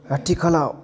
आथिखालाव